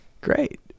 Great